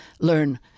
learn